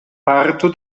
parto